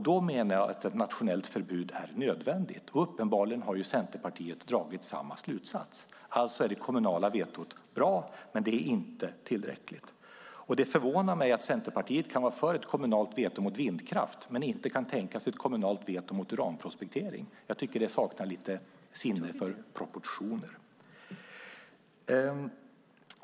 Då menar jag att ett nationellt förbud är nödvändigt, och uppenbarligen har Centerpartiet dragit samma slutsats. Alltså är det kommunala vetot bra, men det är inte tillräckligt. Det förvånar mig att Centerpartiet kan vara för ett kommunalt veto mot vindkraft men inte tänka sig ett kommunalt veto mot uranprospektering. Jag tycker att det saknar sinne för proportioner.